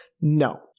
No